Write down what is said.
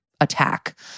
attack